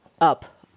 up